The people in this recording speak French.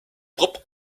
propre